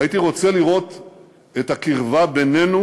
הייתי רוצה לראות את הקרבה בינינו